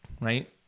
right